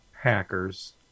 Hackers